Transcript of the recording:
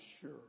sure